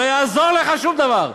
ולא יעזור לך שום דבר,